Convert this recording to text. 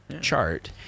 chart